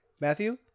Matthew